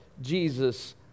Jesus